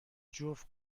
جفت